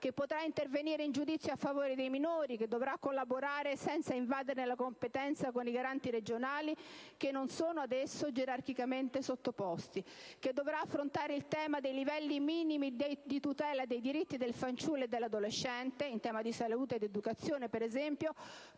che potrà intervenire in giudizio a favore dei minori; che dovrà collaborare, senza invaderne la competenza, con i garanti regionali che non sono ad esso gerarchicamente sottoposti; che dovrà affrontare il tema dei livelli minimi di tutela dei diritti del fanciullo e dell'adolescente (in tema di salute ed educazione, per esempio),